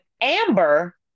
Amber